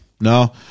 No